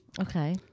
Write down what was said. Okay